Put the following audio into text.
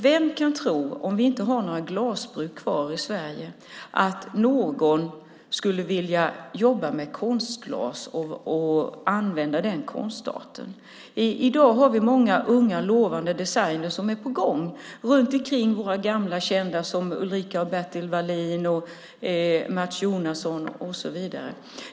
Vem kan tro att någon skulle vilja jobba med konstglas och använda den konstarten om vi inte har några glasbruk kvar i Sverige? I dag har vi många unga och lovande designer som är på gång vid sidan av gamla och kända som Ulrica Hydman-Vallien, Bertil Vallien, Mats Jonasson och så vidare.